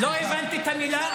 לא הבנת את המילה?